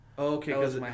Okay